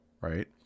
right